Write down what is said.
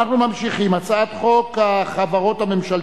אני קובע שהצעת החוק שיצאה מתחת ידו של חבר הכנסת אמנון